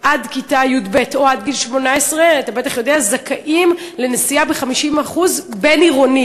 עד כיתה י"ב או עד גיל 18 זכאים לנסיעה ב-50% בבין-עירוני,